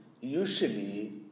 usually